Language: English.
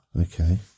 Okay